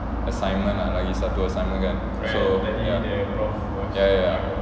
assignment ah lagi satu assignment kan so ya